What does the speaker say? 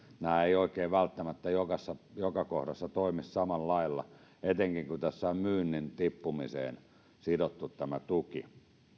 nämä eivät oikein välttämättä joka kohdassa toimi samalla lailla etenkin kun tässä on myynnin tippumiseen sidottu tämä tuki